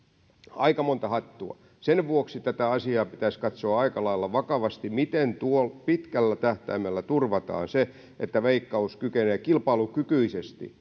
aika monta hattua sen vuoksi tätä asiaa pitäisi katsoa aika lailla vakavasti miten pitkällä tähtäimellä turvataan se että veikkaus kykenee kilpailukykyisesti